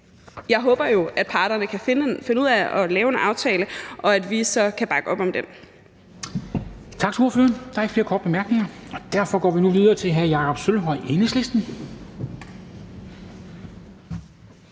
jeg håber jo, at parterne kan finde ud af at lave en aftale, og at vi så kan bakke op om den.